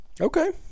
Okay